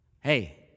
hey